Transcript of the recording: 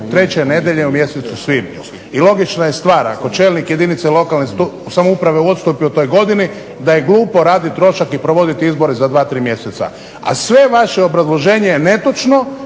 treće nedjelje u mjesecu svibnju, i logična je stvar ako čelnik jedinice lokalne samouprave odstupi u toj godini, da je glupo raditi trošak i provoditi izbore za dva, tri mjeseca, a sve vaše obrazloženje je netočno